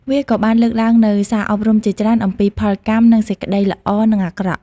វាក៏បានលើកឡើងនូវសារអប់រំជាច្រើនអំពីផលកម្មនិងសេចក្តីល្អនិងអាក្រក់។